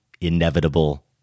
inevitable